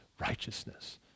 righteousness